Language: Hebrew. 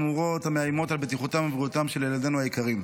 חמורות המאיימות על בטיחותם ובריאותם של ילדינו היקרים.